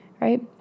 Right